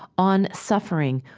on suffering,